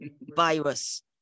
Virus